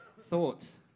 Thoughts